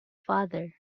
father